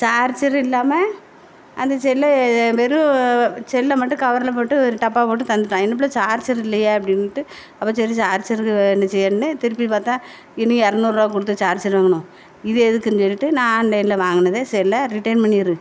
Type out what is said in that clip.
charger இல்லாமல் அந்த செல்லை வெறும் செல்லை மட்டும் கவரில் போட்டு ஒரு டப்பா போட்டு தந்துவிட்டான் என்னப் பிள்ள சார்ஜர் இல்லையே அப்படின்ட்டு அப்புறம் சரி சார்ஜர் வேண்டும் என்ன செய்யேன்னு திருப்பி பார்த்தா இன்னும் இரநூறுபா கொடுத்து சார்ஜர் வாங்கணும் இது எதுக்குன்னு சொல்லிவிட்டு நான் ஆன்லைனில் வாங்கினத செல்லை ரிட்டர்ன் பண்ணிடு